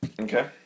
Okay